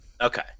Okay